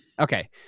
Okay